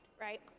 right